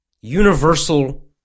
universal